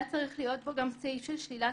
היה צריך להיות בו גם סעיף של שלילת